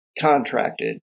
contracted